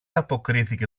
αποκρίθηκε